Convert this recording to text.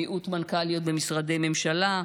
מיעוט מנכ"ליות במשרדי ממשלה.